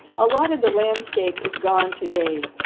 a lot of the landscape is gone today,